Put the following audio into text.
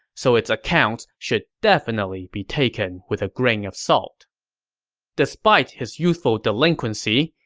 so its accounts should definitely be taken with a grain of salt despite his youthful delinquency,